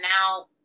now